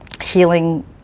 healing